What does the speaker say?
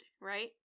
right